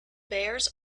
bears